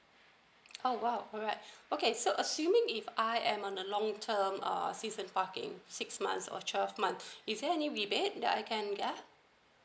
oh !wow! alright okay so assuming if I am on a long term err season parking six months or twelve month if there any rebate that I can get